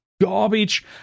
garbage